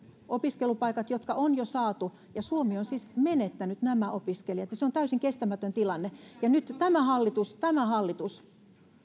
opiskelupaikkoja jotka on jo saatu suomi on siis menettänyt nämä opiskelijat ja se on täysin kestämätön tilanne nyt tämä hallitus tämä hallitus